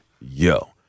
yo